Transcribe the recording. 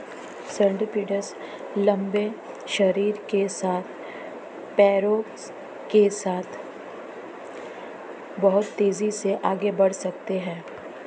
centipedes लंबे शरीर के साथ पैरों के साथ बहुत तेज़ी से आगे बढ़ सकते हैं